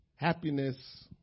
Happiness